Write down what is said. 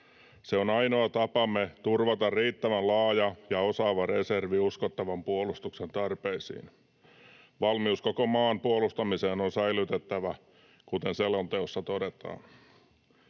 Se on ainoa tapamme turvata riittävän laaja ja osaava reservi uskottavan puolustuksen tarpeisiin. Valmius koko maan puolustamiseen on säilytettävä, kuten selonteossa todetaan.